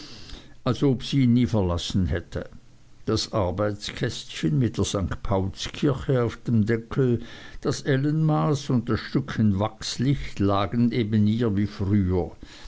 als ob sie ihn nie verlassen hätte das arbeitskästchen mit der st paulskirche auf dem deckel das ellenmaß und das stückchen wachslicht lagen neben ihr wie früher